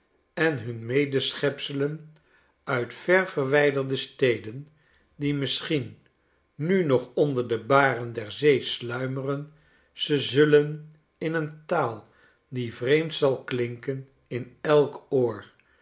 en hun medeschepselen uit ver verwijderde steden die misschien nu nog onder de baren der zee sluimeren ze zullen in een taal die vreemd zal klinken in elk oor